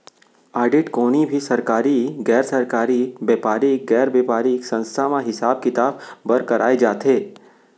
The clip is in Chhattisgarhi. आडिट कोनो भी सरकारी, गैर सरकारी, बेपारिक, गैर बेपारिक संस्था म हिसाब किताब बर कराए जाथे